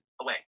Away